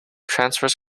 transfers